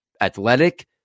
athletic